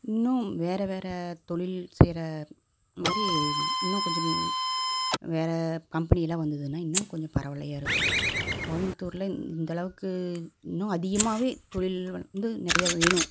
இன்னும் வேற வேற தொழில் செய்கிற மாதிரி இன்னும் கொஞ்சம் வேற கம்பெனி எல்லாம் வந்ததுன்னா இன்னும் கொஞ்சம் பரவால்லையா இருக்கும் கோயம்புத்தூர்ல இந்தளவுக்கு இன்னும் அதிகமாகவே தொழில் வந்து நிறையா வேணும்